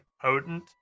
potent